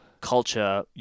culture